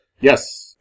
Yes